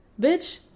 Bitch